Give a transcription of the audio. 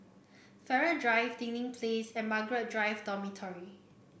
Farrer Drive Dinding Place and Margaret Drive Dormitory